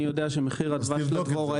אני יודע שמחיר הדבש לדבוראי.